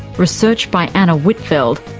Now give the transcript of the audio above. research by anna whitfeld,